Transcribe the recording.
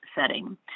setting